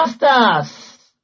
masters